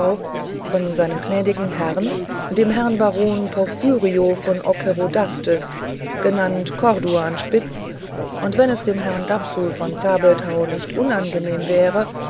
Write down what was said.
von seinem gnädigen herrn dem herrn baron porphyrio von ockerodastes genannt corduanspitz und wenn es dem herrn dapsul von zabelthau nicht unangenehm wäre